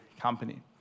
company